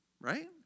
Right